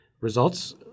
Results